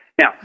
Now